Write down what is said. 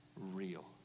real